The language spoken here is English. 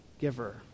giver